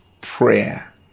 prayer